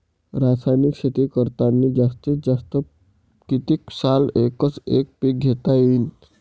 रासायनिक शेती करतांनी जास्तीत जास्त कितीक साल एकच एक पीक घेता येईन?